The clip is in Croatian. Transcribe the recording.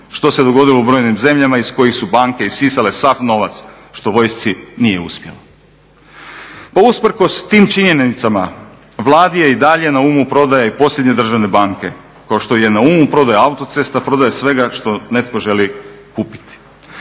Što se dogodilo u brojnim zemljama iz kojih su banke isisale sav novac što vojsci nije uspjelo. Pa usprkos tim činjenicama Vladi je i dalje na umu prodaja i posljednje državne banke kao što joj je na umu prodaja autocesta, prodaja svega što netko želi kupiti.